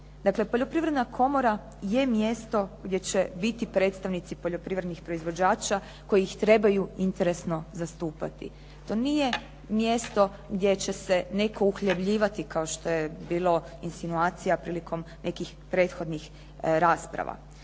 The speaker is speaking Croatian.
poljoprivredna komora je mjesto gdje će biti predstavnici poljoprivrednih proizvođača koji ih trebaju interesno zastupati. To nije mjesto gdje će se netko uhljebljivati kao što je bilo insinuacija prilikom nekih prethodnih rasprava.